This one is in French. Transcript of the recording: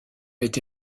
été